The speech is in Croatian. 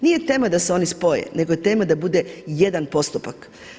Nije tema da se oni spoje nego je tema da bude jedan postupak.